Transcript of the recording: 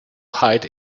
hide